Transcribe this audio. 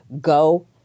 go